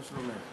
מה שלומך?